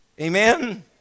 Amen